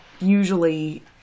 usually